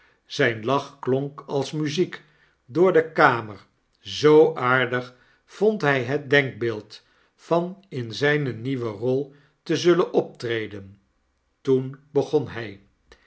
zijn lach klonk als muziek door de kamer zoo aardig vond hij het denkbeeld van in zijne nieuwe rol te zullen optreden toen begon hij